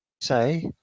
say